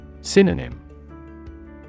Synonym